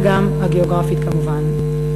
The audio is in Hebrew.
וגם הגיאוגרפית כמובן.